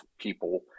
people